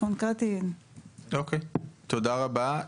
תודה רבה.